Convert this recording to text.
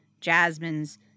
Jasmine's